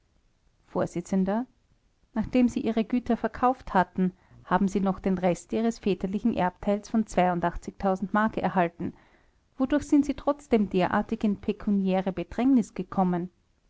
vors nachdem sie ihre güter verkauft hatten haben sie noch den rest ihres väterlichen erbteils von mark erhalten wodurch sind sie trotzdem derartig in pekuniäre bedrängnis gekommen